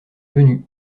venu